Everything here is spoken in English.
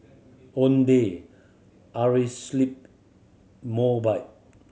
Ownday Mobike